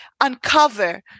uncover